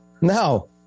No